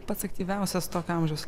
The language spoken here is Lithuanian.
pats aktyviausias tokio amžiaus